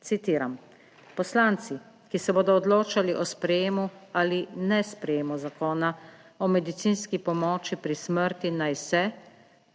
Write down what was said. citiram: "Poslanci, ki se bodo odločali o sprejemu ali ne sprejemu zakona o medicinski pomoči pri smrti naj se